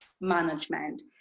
management